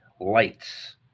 lights